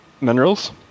Minerals